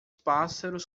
pássaros